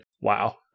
wow